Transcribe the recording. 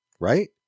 right